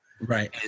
right